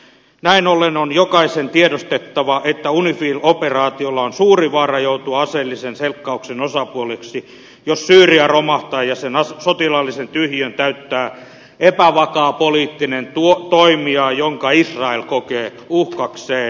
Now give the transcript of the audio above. näin ollen on jokaisen tiedostettava että unifil operaatiolla on suuri vaara joutua aseellisen selkkauksen osapuoleksi jos syyria romahtaa ja sen sotilaallisen tyhjiön täyttää epävakaa poliittinen toimija jonka israel kokee uhkakseen